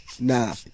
Nah